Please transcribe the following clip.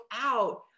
out